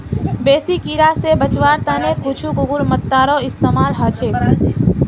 बेसी कीरा स बचवार त न कुछू कुकुरमुत्तारो इस्तमाल ह छेक